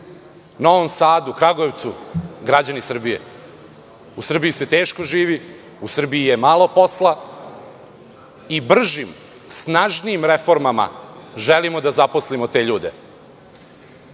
Novom Sadu, Kragujevcu, građani Srbije. U Srbiji se teško živi, u Srbiji je malo posla i bržim, snažnijim reformama želimo da zaposlimo te